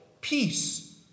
peace